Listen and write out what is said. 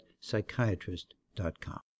Psychiatrist.com